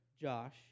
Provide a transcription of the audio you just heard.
Josh